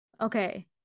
Okay